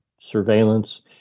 surveillance